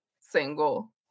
single